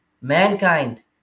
mankind